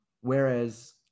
Whereas